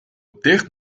dicht